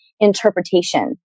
interpretation